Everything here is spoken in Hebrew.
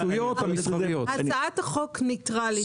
אני לא בטוח שאני רוצה שהם יצטרכו להחליט,